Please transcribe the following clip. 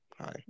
hi